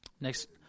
Next